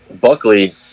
Buckley